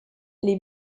les